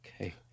Okay